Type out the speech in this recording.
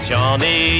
Johnny